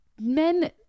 men